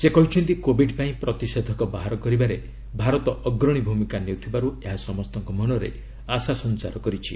ସେ କହିଛନ୍ତି କୋବିଡ୍ ପାଇଁ ପ୍ରତିଷେଧକ ବାହାର କରିବାରେ ଭାରତ ଅଗ୍ରଣୀ ଭୂମିକା ନେଉଥିବାରୁ ଏହା ସମସ୍ତଙ୍କ ମନରେ ଆଶା ସଞ୍ଚାର କରିଛି